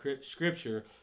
scripture